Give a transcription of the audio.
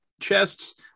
chests